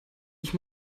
ich